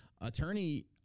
Attorney